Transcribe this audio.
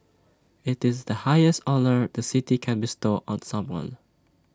IT is the highest honour the city can bestow on someone